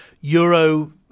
euro